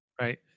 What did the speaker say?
Right